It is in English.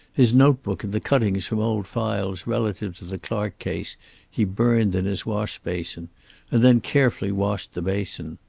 his notebook and the cuttings from old files relative to the clark case he burned in his wash basin and then carefully washed the basin.